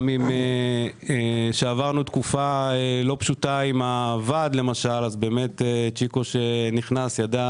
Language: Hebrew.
גם כשעברנו תקופה לא פשוטה עם הוועד צ'יקו ידע